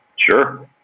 sure